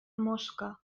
mosca